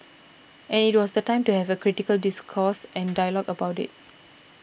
and it was the time to have critical discourse and dialogue about it